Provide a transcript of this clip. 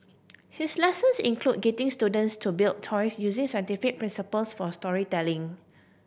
his lessons include getting students to build toys using scientific principles for storytelling